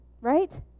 Right